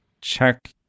check